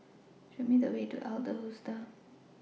Show Me The Way to Adler Hostel